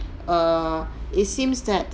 err it seems that